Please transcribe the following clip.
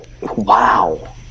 Wow